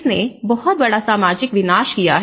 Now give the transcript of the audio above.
इसने बहुत बड़ा सामाजिक विनाश किया है